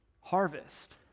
harvest